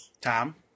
Tom